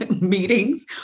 meetings